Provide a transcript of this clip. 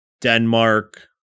Denmark